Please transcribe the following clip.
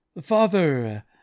Father